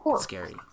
scary